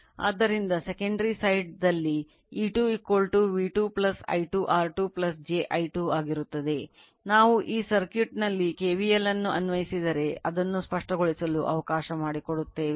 ಆದ್ದರಿಂದ secondary side ನಲ್ಲಿKVL ಅನ್ನು ಅನ್ವಯಿಸಿದರೆ ಅದನ್ನು ಸ್ಪಷ್ಟಗೊಳಿಸಲು ಅವಕಾಶ ಮಾಡಿಕೊಡುತ್ತೇವೆ